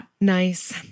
Nice